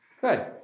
Good